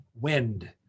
wind